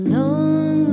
long